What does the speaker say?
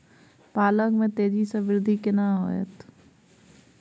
पालक में तेजी स वृद्धि केना होयत?